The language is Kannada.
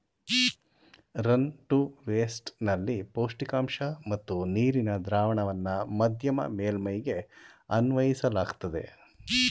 ರನ್ ಟು ವೇಸ್ಟ್ ನಲ್ಲಿ ಪೌಷ್ಟಿಕಾಂಶ ಮತ್ತು ನೀರಿನ ದ್ರಾವಣವನ್ನ ಮಧ್ಯಮ ಮೇಲ್ಮೈಗೆ ಅನ್ವಯಿಸಲಾಗ್ತದೆ